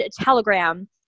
telegram